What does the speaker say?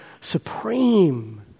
supreme